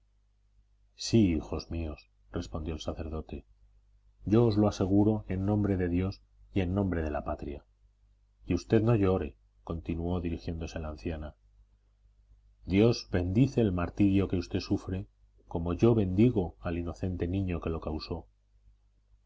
sí hijos míos respondió el sacerdote yo os lo aseguro en nombre de dios y en nombre de la patria y usted no llore continuó dirigiéndose a la anciana dios bendice el martirio que usted sufre como yo bendigo al inocente niño que lo causó